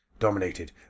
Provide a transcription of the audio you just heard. dominated